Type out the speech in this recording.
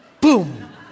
Boom